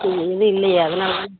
ம் எதுவும் இல்லையே அதனால தான